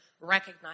recognize